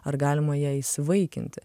ar galima ją įsivaikinti